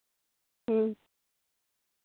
ᱦᱮᱸ